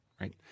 right